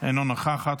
אינה נוכחת,